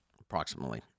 approximately